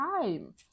time